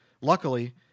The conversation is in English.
Luckily